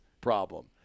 problem